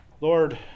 Lord